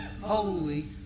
holy